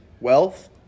wealth